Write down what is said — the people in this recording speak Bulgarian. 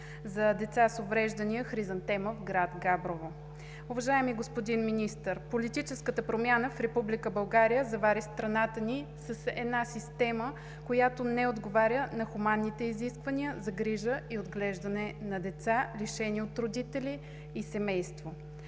за деца с увреждания „Хризантема“ в град Габрово. Уважаеми господин Министър, политическата промяна в Република България завари страната ни с една система, която не отговаря на хуманните изисквания за грижа и отглеждане на деца, лишени от родители и семейство.